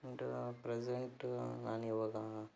and present ನಾನಿವಾಗ